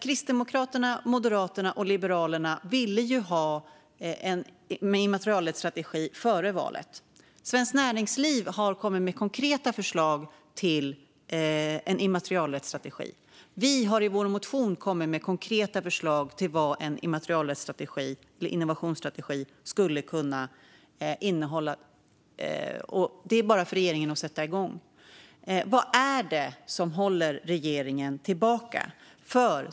Kristdemokraterna, Moderaterna och Liberalerna ville ju ha en immaterialrättsstrategi före valet. Svenskt Näringsliv har kommit med konkreta förslag till en immaterialrättsstrategi. Vi har i vår motion kommit med konkreta förslag om vad en innovationsstrategi skulle kunna innehålla. Det är bara för regeringen att sätta igång. Vad är det som håller regeringen tillbaka?